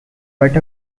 but